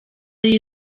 ari